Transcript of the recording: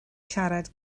siarad